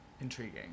intriguing